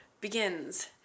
begins